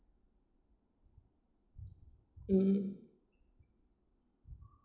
mm